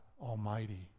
Almighty